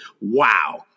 wow